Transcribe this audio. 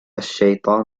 الشيطان